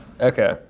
Okay